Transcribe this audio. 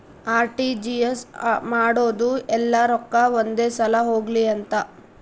RTGS ಮಾಡೋದು ಯೆಲ್ಲ ರೊಕ್ಕ ಒಂದೆ ಸಲ ಹೊಗ್ಲಿ ಅಂತ